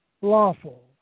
lawful